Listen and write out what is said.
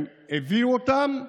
הם הביאו אותם,